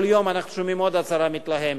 כל יום אנחנו שומעים עוד הצהרה מתלהמת.